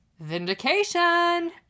Vindication